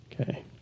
Okay